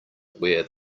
wear